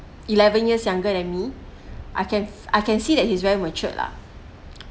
eleven years younger than me I can I can see that he's very matured lah